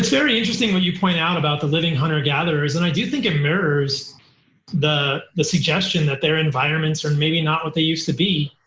very interesting what you point out about the living hunter-gatherers, and i do think it mirrors the the suggestion that their environments are maybe not what they used to be.